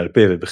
בעל פה ובכתב,